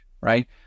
right